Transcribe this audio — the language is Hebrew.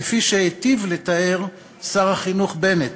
כפי שהיטיב לתאר שר החינוך בנט.